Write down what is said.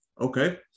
Okay